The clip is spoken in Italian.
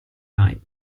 mai